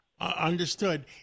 Understood